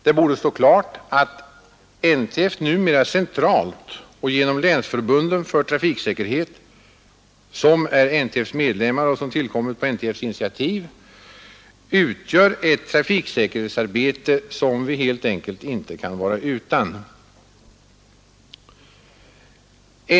Det borde stå klart att NTF numera centralt och genom länsförbunden för trafiksäkerhet, som är NTF:s medlemmar och som tillkommit på NTF:s initiativ, utför ett trafiksäkerhetsarbete som vi helt enkelt inte kan vara utan.